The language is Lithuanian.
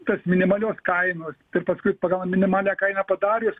tos minimalios kainos ir paskui pagal minimalią kainą padarius